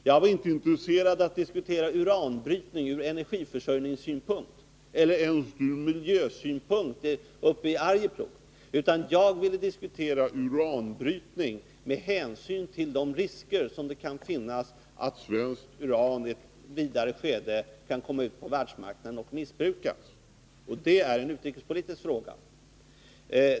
Jag är inte intresserad av att diskutera uranbrytning ur energiförsörjningssynpunkt eller ens ur miljösynpunkt — jag tänker på Arjeplog —, utan jag vill diskutera uranbrytning med hänsyn till de risker som kan finnas i och med att svenskt uran i ett senare skede kan komma ut på världsmarknaden och missbrukas. Det är alltså en utrikespolitisk fråga.